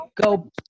go